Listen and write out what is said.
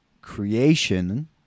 creation